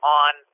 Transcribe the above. on